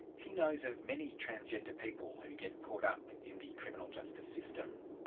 he knows of many transgender people who get caught up in the criminal justice system.